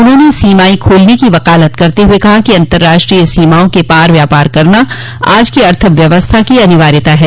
उन्होंने सीमाएं खोलने की वकालत करते हुए कहा कि राष्ट्रीय सीमाओं के पार व्यापार करना आज की अर्थ व्यवस्था की अनिवार्यता है